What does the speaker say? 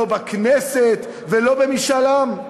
לא בכנסת ולא במשאל עם.